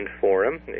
forum